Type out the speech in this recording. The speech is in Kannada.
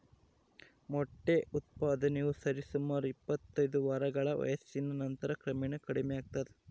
ಮೊಟ್ಟೆ ಉತ್ಪಾದನೆಯು ಸರಿಸುಮಾರು ಇಪ್ಪತ್ತೈದು ವಾರಗಳ ವಯಸ್ಸಿನ ನಂತರ ಕ್ರಮೇಣ ಕಡಿಮೆಯಾಗ್ತದ